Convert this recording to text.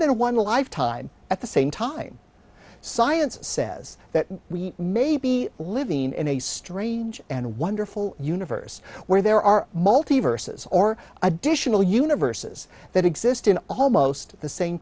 than one lifetime at the same time science says that we may be living in a strange and wonderful universe where there are multi verses or additional universes that exist in almost the same